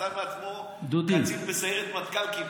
עשה מעצמו כמעט קצין בסיירת מטכ"ל.